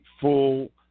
full